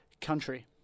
country